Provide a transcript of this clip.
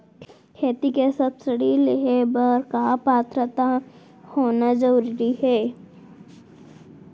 खेती के सब्सिडी लेहे बर का पात्रता होना जरूरी हे?